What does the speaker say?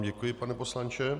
Děkuji vám, pane poslanče.